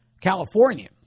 California